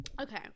Okay